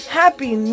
happy